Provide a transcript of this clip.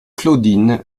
claudine